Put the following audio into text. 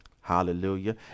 Hallelujah